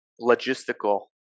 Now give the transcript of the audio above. logistical